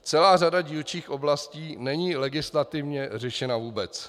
Celá řada dílčích oblastí není legislativně řešena vůbec.